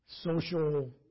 social